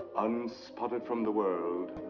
unspotted from the world.